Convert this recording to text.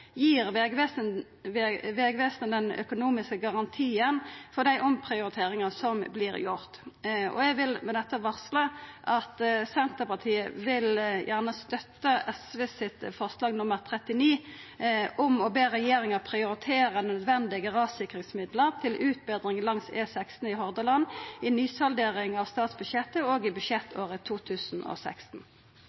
gir Vegvesenet den økonomiske garantien for dei omprioriteringane som vert gjorde. Eg vil med dette varsla at Senterpartiet støttar SV sitt forslag nr. 39 om å be regjeringa prioritera nødvendige rassikringsmidlar til utbetring langs E16 i Hordaland i ny saldering av statsbudsjettet og i budsjettåret 2016.